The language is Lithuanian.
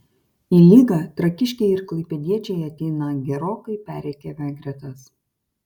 į lygą trakiškiai ir klaipėdiečiai ateina gerokai perrikiavę gretas